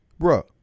Bruh